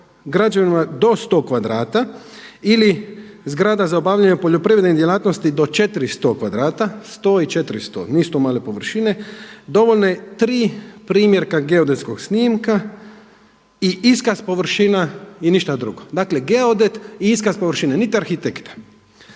građevinama do 100 kvadrata ili zgrada za obavljanje poljoprivredne djelatnosti do 400 kvadrata, 100 i 400. Nisu to male površine. Dovoljno je tri primjerka geodetskog snimka i iskaz površina i ništa drugo. Dakle, geodet i iskaz površine, nit arhitekta.